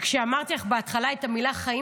ולכן כשאמרתי לך בהתחלה את המילים "חיים